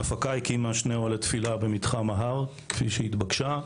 ההפקה הקימה שני אוהלי תפילה במתחם ההר כפי שהיא התבקשה.